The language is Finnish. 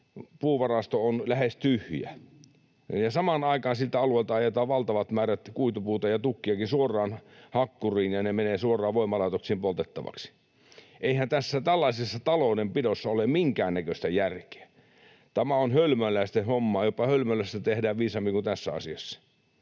puuvarasto on lähes tyhjä, ja samaan aikaan siltä alueelta ajetaan valtavat määrät kuitupuuta ja tukkiakin suoraan hakkuriin, ja ne menevät suoraan voimalaitoksiin poltettavaksi. Eihän tällaisessa taloudenpidossa ole minkäännäköistä järkeä. Tämä on hölmöläisten hommaa — jopa Hölmölässä tehdään viisaammin kuin täällä tässä asiassa.